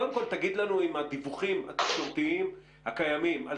קודם כל תגיד לנו אם הדיווחים התקשורתיים הקיימים על